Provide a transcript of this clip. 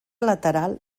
lateral